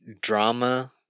drama